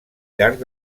llarg